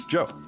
Joe